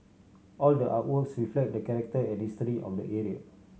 all the artworks reflect the character and of the